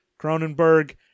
Cronenberg